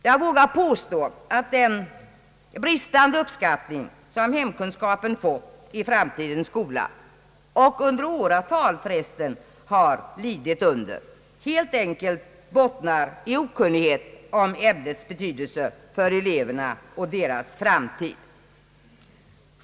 Jag vågar påstå att den bristande uppskattning, som ämnet hemkunskap fått i framtidens skola och förresten under åratal har lidit under, helt enkelt bottnar i okunnighet om ämnets betydelse för eleverna och deras framtid.